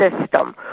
system